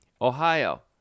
Ohio